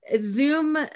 Zoom